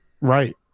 right